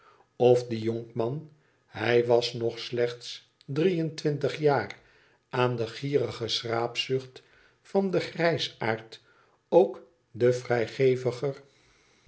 of die jonkman hij was nog slechts drie en twintig jaar aan de gierige schraapzucht van den jsaard ook de